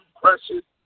precious